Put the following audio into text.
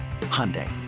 Hyundai